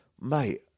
mate